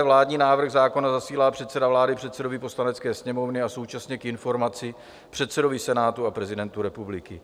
Vládní návrh zákona zasílá předseda vlády předsedovi Poslanecké sněmovny a současně k informaci předsedovi Senátu a prezidentu republiky.